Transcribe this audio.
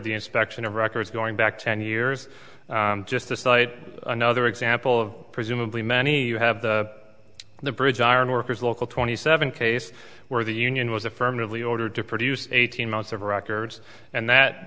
the inspection of records going back ten years just to cite another example of presumably many you have the bridge ironworkers local twenty seven case where the union was affirmatively ordered to produce eighteen months of records and that